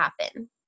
happen